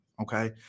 okay